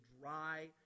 dry